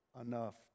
Enough